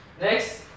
Next